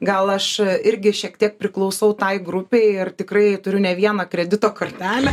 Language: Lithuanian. gal aš irgi šiek tiek priklausau tai grupei ir tikrai turiu ne vieną kredito kortelę